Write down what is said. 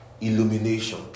illumination